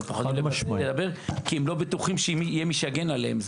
הם פוחדים לדבר כי הם לא בטוחים שיהיה מי שיגן עליהם.